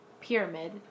pyramid